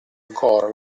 ancora